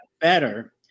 better